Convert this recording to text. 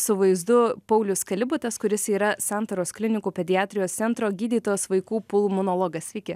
su vaizdu paulius kalibatas kuris yra santaros klinikų pediatrijos centro gydytojas vaikų pulmonologas sveiki